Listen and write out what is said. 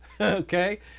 okay